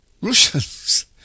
Russians